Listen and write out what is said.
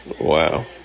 Wow